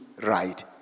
right